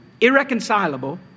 irreconcilable